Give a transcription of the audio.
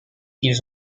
ils